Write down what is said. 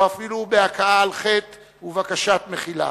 או אפילו בהכאה על חטא ובקשת מחילה,